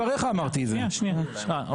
אמרתי את זה בהסתמך על דבריך.